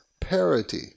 parity